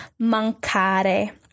mancare